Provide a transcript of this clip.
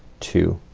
two,